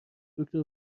دکتر